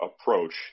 approach